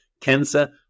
cancer